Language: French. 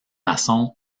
maçon